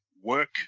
work